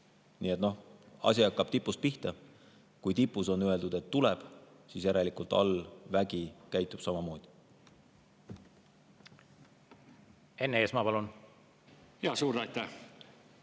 Noh, asi hakkab tipust pihta. Kui tipus on öeldud, et tuleb, siis järelikult all vägi käitub samamoodi. Enn Eesmaa, palun! Enn Eesmaa,